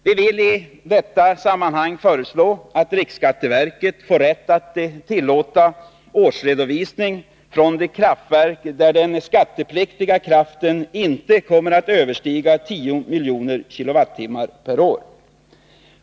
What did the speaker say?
Vi vill i detta sammanhang föreslå att riksskatteverket får rätt att tillåta årsredovisning från de kraftverk där den skattepliktiga kraften inte kommer att överstiga 10 miljoner kilowatt per år.